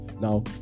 Now